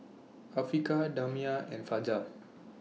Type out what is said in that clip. Afiqah Damia and Fajar